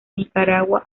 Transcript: nicaragua